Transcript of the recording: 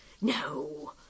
No